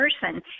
person